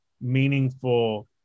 meaningful